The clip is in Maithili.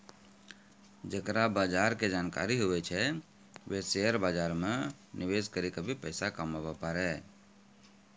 जेकरा बजार के जानकारी हुवै छै वें शेयर बाजार मे निवेश करी क भी पैसा कमाबै पारै